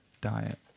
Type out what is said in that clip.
diet